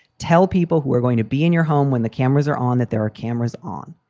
tell people who are going to be in your home when the cameras are on that there are cameras on.